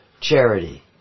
charity